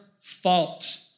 fault